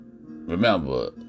remember